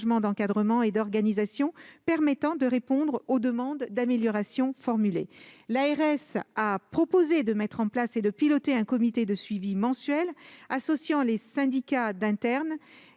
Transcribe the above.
d'encadrement et d'organisation permettant de répondre aux demandes d'amélioration formulées. L'ARS a proposé de mettre en place et de piloter un comité de suivi mensuel, associant les syndicats d'internes,